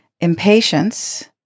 Impatience